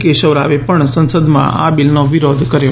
કેશવ રાવે પણ સંસદમાં આ બિલનો વિરોધ કર્યો